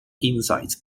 insight